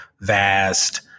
vast